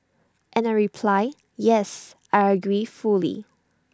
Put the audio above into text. and I reply yes I agree fully